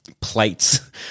plates